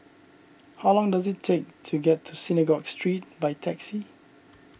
how long does it take to get to Synagogue Street by taxi